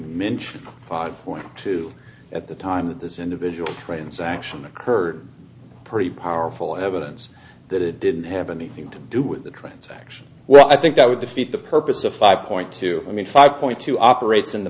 mentioned five point two at the time of this individual transaction occurred pretty powerful evidence that it didn't have anything to do with the transaction well i think that would defeat the purpose of five point two five point two operates in the